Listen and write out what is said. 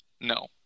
no